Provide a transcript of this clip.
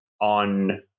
on